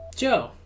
Joe